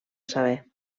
saber